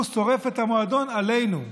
הוא שורף את המועדון עלינו,